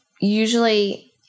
usually